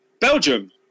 Belgium